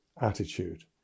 attitude